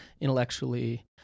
intellectually